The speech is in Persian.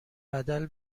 بدل